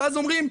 ואז אומרים,